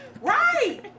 Right